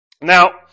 Now